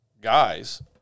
guys